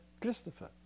Christopher